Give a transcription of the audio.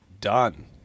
done